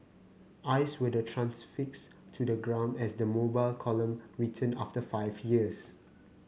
eyes were then transfixed to the ground as the Mobile Column returned after five years